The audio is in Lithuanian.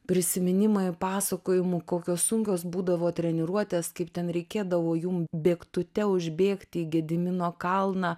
prisiminimai pasakojimų kokios sunkios būdavo treniruotės kaip ten reikėdavo jum bėgtute užbėgti į gedimino kalną